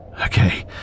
Okay